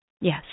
Yes